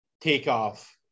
takeoff